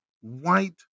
white